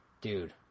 dude